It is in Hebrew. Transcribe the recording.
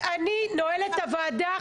אני נועלת את הוועדה.